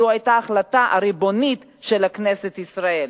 זו היתה ההחלטה הריבונית של כנסת ישראל.